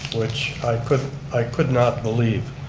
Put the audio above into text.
which i could i could not believe.